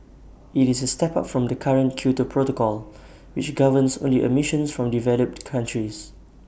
IT is A step up from the current Kyoto protocol which governs only emissions from developed countries